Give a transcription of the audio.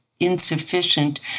insufficient